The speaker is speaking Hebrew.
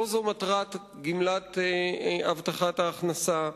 לא זאת מטרת גמלת הבטחת ההכנסה.